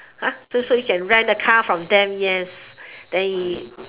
so so you can rent a car from them